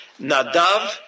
Nadav